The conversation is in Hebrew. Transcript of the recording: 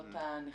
לא את הנכים,